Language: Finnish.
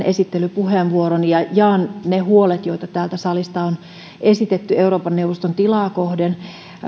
esittelypuheenvuorooni ja jaan ne huolet joita täältä salista on esitetty euroopan neuvoston tilaa kohden